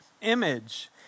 image